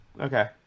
okay